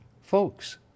Folks